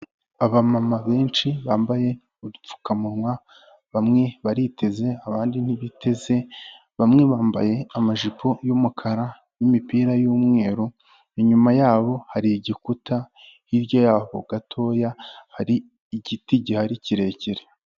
Abamama benshi bambaye udupfukamunwa, bamwe bariteze abandi ntibiteze, bamwe bambaye amajipo y'umukara n'imipira y'umweru, inyuma yabo hari igikuta hirya yaho gatoya hari igiti gihari kirekire.